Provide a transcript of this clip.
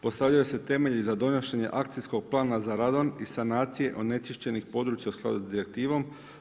Postavljaju se temelji za donošenje akcijskog plana za … i sanacije onečišćenih područja u skladu sa direktivom.